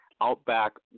outback